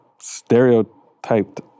Stereotyped